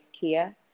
Kia